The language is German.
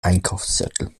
einkaufszettel